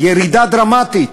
ירידה דרמטית.